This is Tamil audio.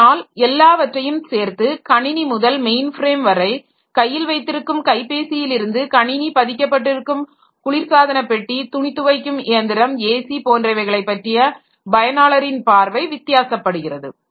இதனால் எல்லாவற்றையும் சேர்த்து கணினி முதல் மெயின்ஃப்ரேம் வரை கையில் வைத்திருக்கும் கைபேசியிலிருந்து கணினி பதிக்கப்பட்டிருக்கும் குளிர்சாதன பெட்டி துணி துவைக்கும் இயந்திரம் ஏசி போன்றவைகளை பற்றிய பயனாளரின் பார்வை வித்தியாசப்படுகிறது